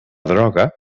droga